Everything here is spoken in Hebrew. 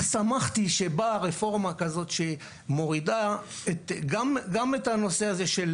שמחתי שבאה רפורמה כזאת שמורידה גם את הנושא הזה של